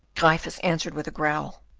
gryphus answered with a growl.